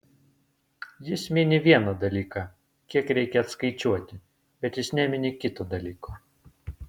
jis mini vieną dalyką kiek reikia atskaičiuoti bet jis nemini kito dalyko